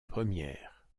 première